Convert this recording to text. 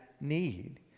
need